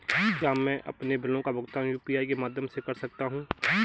क्या मैं अपने बिलों का भुगतान यू.पी.आई के माध्यम से कर सकता हूँ?